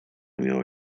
miała